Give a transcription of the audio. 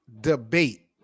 debate